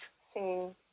singing